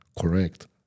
Correct